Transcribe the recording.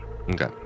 Okay